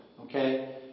Okay